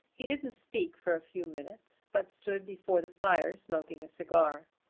he didn't speak for a few minutes, but stood before the fire smoking a cigar.